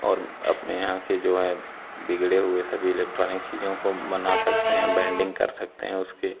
और अपने यहाँ के जो हैं सब बिगड़े हुए सभी इलेक्ट्रॉनिक चीज़ों को बना सकते हैं बेंडिंग कर सकते हैं उसकी